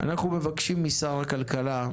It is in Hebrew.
מבקשים משר הכלכלה,